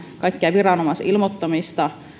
kaikkea viranomaisilmoittamista helpotetaan